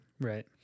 Right